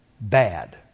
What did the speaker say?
bad